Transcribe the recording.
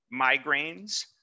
migraines